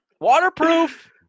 Waterproof